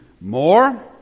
more